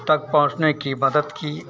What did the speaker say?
तक पहुँचने की मदद की